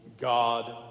God